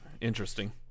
interesting